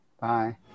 Bye